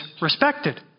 respected